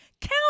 count